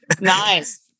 Nice